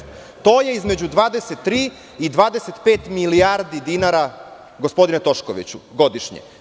To je između 23 i 25 milijardi dinara, gospodine Toškoviću, godišnje.